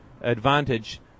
advantage